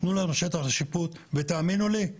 תנו לנו שטח לשיפוט ותאמינו לי,